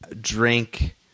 drink –